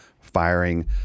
firing